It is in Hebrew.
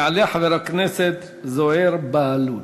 יעלה חבר הכנסת זוהיר בהלול.